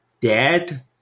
dad